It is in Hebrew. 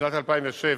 משנת 2007,